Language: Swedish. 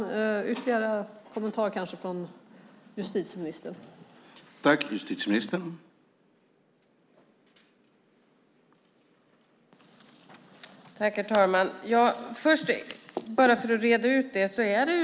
Någon ytterligare kommentar från justitieministern kan jag kanske få.